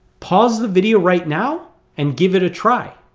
pause the video right now and give it a try